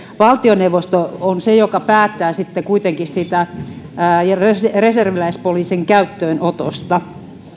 valtioneuvosto on se joka päättää sitten kuitenkin siitä reserviläispoliisin käyttöönotosta